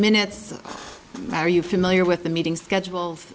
minutes are you familiar with the meeting schedule